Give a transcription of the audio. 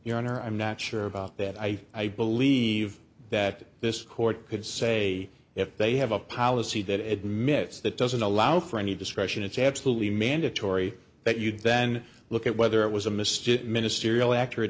your honor i'm not sure about that i believe that this court could say if they have a policy that admits that doesn't allow for any discretion it's absolutely mandatory that you'd then look at whether it was a mystic ministerial ac